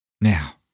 Now